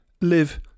live